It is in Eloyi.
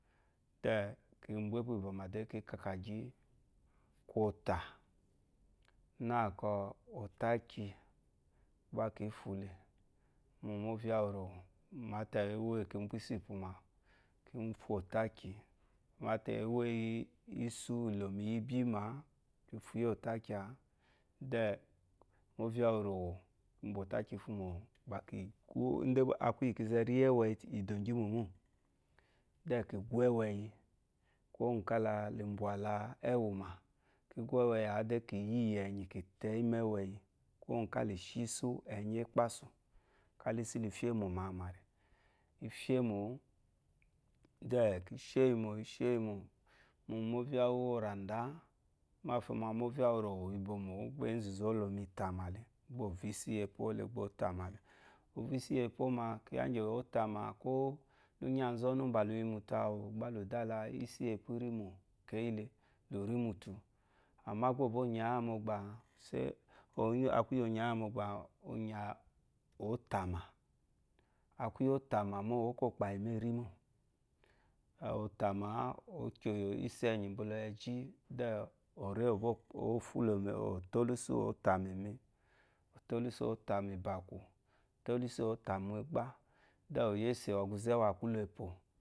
Ki bɔ epú bémá dè kika gyu gyi ko ta na kò otaki gba kifuli movya wu mata ki bɔ esu pú mo awú kiyi kifu otaki itsu elémiyi bima kifunyi otakia mate isu elemibima kifuyi ataki then movya owurowo ki bwa otaki ifumo ki gba kipu akú yiko kize kiye éwé yi maido gimɔmɔ then ki gu eweyi kuwo ugú kala le bwala ewuma kibɔ eweyi adé kiye eyi enyí kúwogu ka le shi isu le ye kpasu ka isu le femuma mari ifemo then ishemo ishemo mo vyawu orada omafu ma mo vya owurowomi bomowu gba ezu zu rhe mita male isu iyi epoma kiya gi bɔ otama leyi mba bɔ kɔ leyi mutu awu gba leye muta male ama lerimutu gbá. obonyi ya mo gbáse àke otamà a okyo ísu eyi mba la egi ori obofúló mo otolúsù otamu ta otalusu otamúgbá